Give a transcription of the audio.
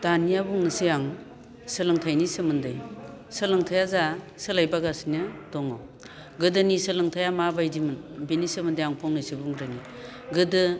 दानिया बुंनोसै आं सोलोंथाइनि सोमोन्दै सोलोंथाइ दा सोलायबोगासिनो दङ गोदोनि सोलोंथाइआ माबायदिमोन बिनि सोमोन्दै आं फंनैसो बुंग्रोनि गोदो